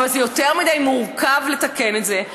אבל זה יותר מדי מורכב לתקן את זה,